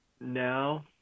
now